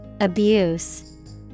Abuse